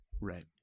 Right